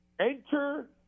Enter